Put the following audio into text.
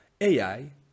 AI